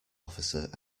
officer